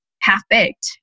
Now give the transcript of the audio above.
half-baked